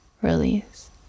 Release